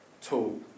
tool